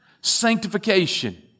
sanctification